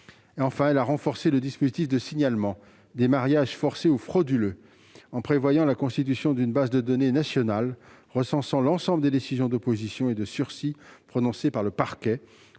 Enfin, elle a renforcé le dispositif de signalement des mariages forcés ou frauduleux en prévoyant la constitution d'une base de données nationale recensant l'ensemble des décisions d'opposition et de sursis prononcées par le parquet,